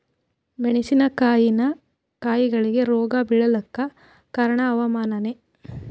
ಮೆಣಸಿನ ಕಾಯಿಗಳಿಗಿ ರೋಗ ಬಿಳಲಾಕ ಕಾರಣ ಹವಾಮಾನನೇ?